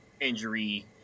injury